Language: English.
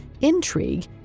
intrigue